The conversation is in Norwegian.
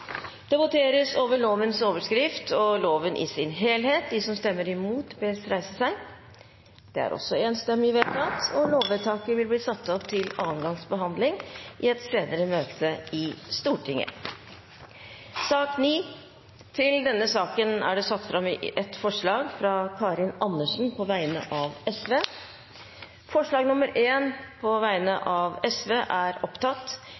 Det voteres over lovens overskrift og loven i sin helhet. Lovvedtaket vil bli ført opp til andre gangs behandling i et senere møte i Stortinget. Under debatten er det satt fram i alt tre forslag. Det er forslagene nr. 1–3, fra Trine Skei Grande på vegne av Venstre. Forslag